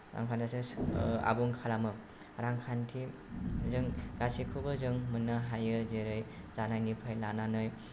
रांखान्थियासो आबुं खालामो रांखान्थिजों गासैखौबो जों मोन्नो हायो जेरै जानायनिफ्राय लानानै